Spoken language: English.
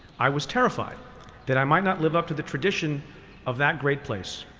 i was terrified that i might not live up to the tradition of that great place,